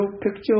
picture